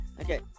okay